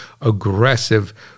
aggressive